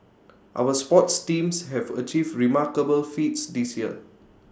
our sports teams have achieved remarkable feats this year